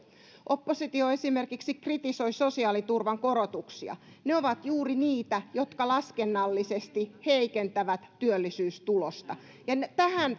oppositio esimerkiksi kritisoi sosiaaliturvan korotuksia ne ovat juuri niitä jotka laskennallisesti heikentävät työllisyystulosta ja tähän